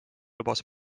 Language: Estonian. lubas